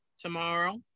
tomorrow